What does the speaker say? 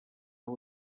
aho